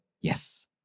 yes